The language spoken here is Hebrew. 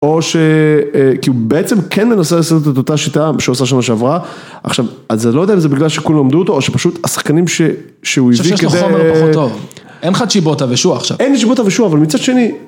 או ש... כי הוא בעצם כן מנסה לעשות את אותה שיטה שהוא עשה שנה שעברה. עכשיו, אז אני לא יודע אם זה בגלל שכולם למדו אותו, או שפשוט השחקנים שהוא הביא כדי... אני חושב שהחומר הוא פחות טוב. אין לך תשיבות הווישוע עכשיו. אין לי תשיבות הווישוע, אבל מצד שני...